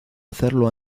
hacerlo